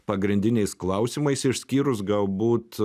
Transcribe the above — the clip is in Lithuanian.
pagrindiniais klausimais išskyrus galbūt